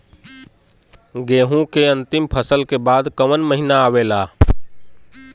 गेहूँ के अंतिम फसल के बाद कवन महीना आवेला?